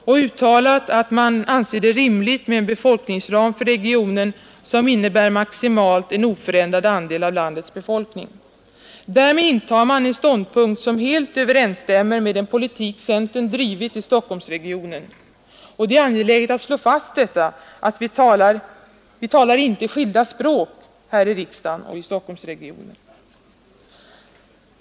De uttalar att de anser det rimligt med en befolkningsram för regionen som innebär maximalt en oförändrad andel av landets befolkning. Därmed intar man en ståndpunkt som helt överensstämmer med den politik centern drivit i Stockholmsregionen. Det är angeläget att slå fast att vi inte talar skilda språk här i riksdagen och i Stockholmsregionen.